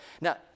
Now